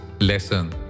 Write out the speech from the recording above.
lesson